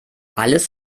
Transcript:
alles